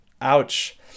Ouch